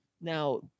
Now